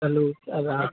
चलो